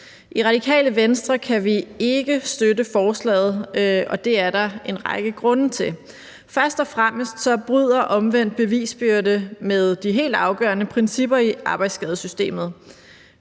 Radikale Venstre kan vi ikke støtte forslaget, og det er der en række grunde til. Først og fremmest bryder omvendt bevisbyrde med de helt afgørende principper i arbejdsskadesystemet,